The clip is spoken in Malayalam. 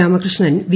രാമകൃഷ്ണൻ വി